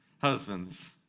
Husbands